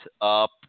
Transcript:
up